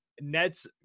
Nets